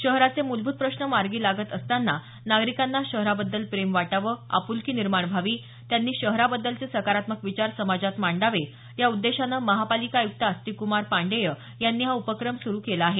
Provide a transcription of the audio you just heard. शहराचे मुलभूत प्रश्न मार्गी लागत असताना नागरिकांना शहराबद्दल प्रेम वाटावं आप्लकी निर्माण व्हावी त्यांनी शहराबद्दलचे सकारात्मक विचार समाजात मांडावे या उद्देशानं महापालिका आयुक्त आस्तिक कुमार पांडेय यांनी हा उपक्रम सुरु केला आहे